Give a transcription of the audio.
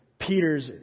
Peter's